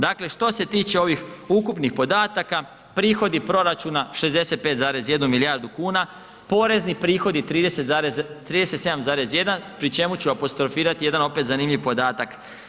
Dakle, što se tiče ovih ukupnih podataka prihodi proračuna 65,1 milijardu kuna, porezni prihodi 37,1 pri čemu ću apostrofirati opet jedan zanimljiv podatak.